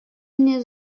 mnie